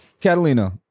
catalina